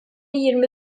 yirmi